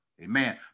amen